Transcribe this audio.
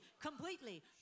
Completely